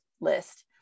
list